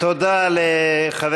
תודה לחבר